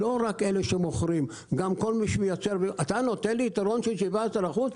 הם אומרים: "אתה נותן לי יתרון של 17%?